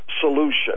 solution